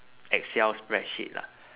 excel spreadsheet lah